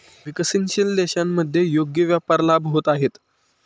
विकसनशील देशांमध्ये योग्य व्यापार लाभ होत आहेत